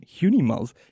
hunimals